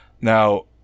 Now